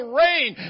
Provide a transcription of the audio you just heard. rain